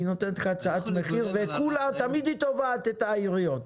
היא נותנת לך הצעת מחיר ותמיד היא תובעת את העיריות.